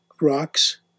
rocks